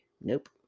Nope